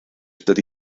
dydy